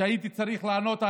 שהייתי צריך לענות עליו,